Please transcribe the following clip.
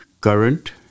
current